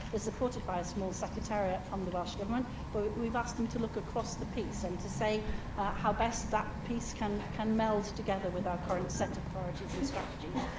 supported by a small secretariat from the welsh government, but we've asked them to look across the piece and to say how best that piece can can meld together with our current set of priorities and strategies,